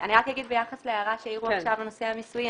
אני רק אגיד ביחס להערה שהעירו עכשיו לנושא המיסויי.